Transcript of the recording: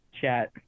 chat